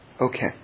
Okay